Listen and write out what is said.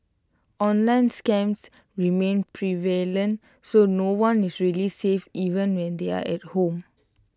online scams remain prevalent so no one is really safe even when they're at home